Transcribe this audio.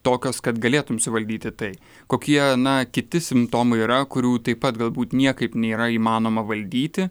tokios kad galėtum suvaldyti tai kokie na kiti simptomai yra kurių taip pat galbūt niekaip nėra įmanoma valdyti